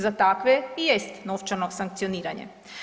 Za takve jest novčano sankcioniranje.